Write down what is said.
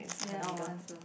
ya odd one so